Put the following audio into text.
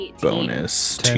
bonus